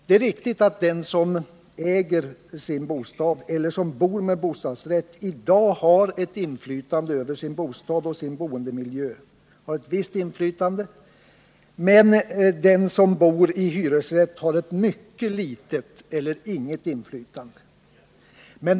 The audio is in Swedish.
Det är riktigt att den som äger sin bostad eller som bor med bostadsrätt i dag har ett visst inflytande över sin bostad och sin boendemiljö, men den som bor med hyresrätt har ett mycket litet eller inget inflytande.